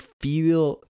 feel